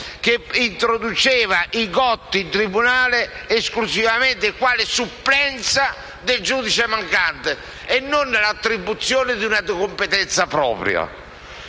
che introduceva i GOT in tribunale esclusivamente quale supplenza del giudice mancante e non con l'attribuzione di una competenza propria.